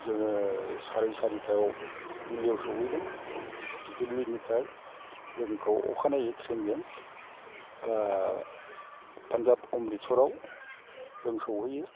जोङो साराय सारिथायाव दिल्लियाव सहैदों दिल्लिनिफ्राय जोंखौ अखानायै ट्रेनजों पानजाब अमबृतशराव जों सौहैयो